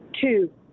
Two